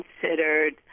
considered